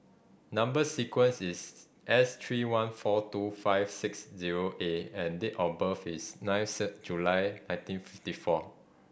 number sequence is S three one four two five six zero A and date of birth is ninth July nineteen fifty four